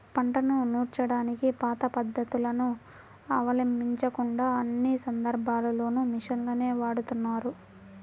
పంటను నూర్చడానికి పాత పద్ధతులను అవలంబించకుండా అన్ని సందర్భాల్లోనూ మిషన్లనే వాడుతున్నారు